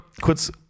kurz